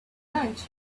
lunch